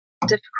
difficult